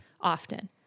Often